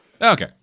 Okay